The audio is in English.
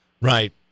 Right